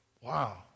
Wow